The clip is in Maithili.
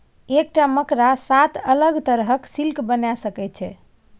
एकटा मकड़ा सात अलग तरहक सिल्क बना सकैत छै